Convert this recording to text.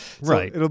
Right